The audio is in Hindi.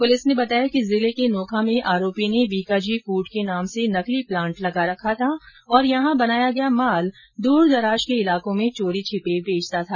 पुलिस ने बताया कि जिले के नोखा में आरोपी ने बीकाजी फूड के नाम से नकली प्लांट लगा रखा था और यहां बनाया गया माल दूर दराज के इलाकों में चोरी छिपे बेचता था